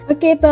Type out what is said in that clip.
Okay